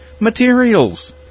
materials